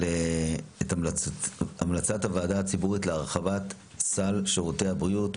את המלצת הוועדה הציבורית להרחבת סל שירותי הבריאות,